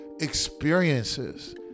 experiences